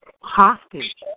Hostage